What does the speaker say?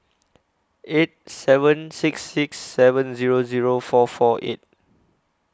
eight seven six six seven Zero Zero four four eight